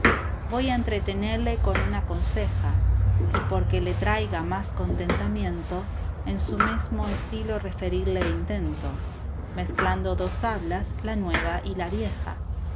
voy a entretenelle con una conseja y porque le traiga más contentamiento en su mesmo estilo referille intento mezclando dos hablas la nueva y la vieja